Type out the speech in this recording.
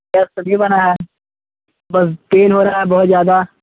sir सब्ज़ी बना है बस पेन हो रहा है बहुत ज़्यादा